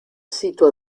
sito